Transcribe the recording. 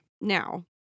Now